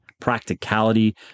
practicality